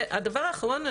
והדבר האחרון,